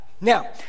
now